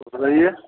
बताइए